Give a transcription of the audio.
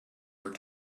were